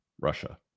Russia